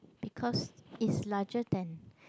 because is larger than